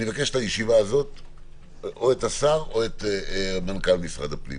ואני מבקש אליה או השר או מנכ"ל משרד הפנים.